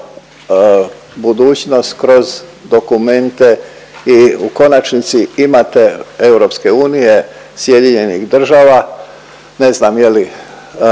budućnost kroz dokumente i u konačnici imate EU, SAD, ne znam je li